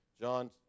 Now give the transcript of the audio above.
John